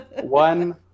one